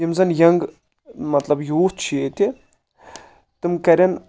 یِم زن ینٛگ مطلب یوٗتھ چھِ ییٚتہِ تِم کرن